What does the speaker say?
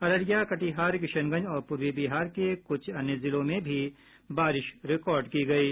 अररिया कटिहार किशनगंज और पूर्वी बिहार के कुछ अन्य जिलों में भी बारिश रिकॉर्ड की गयी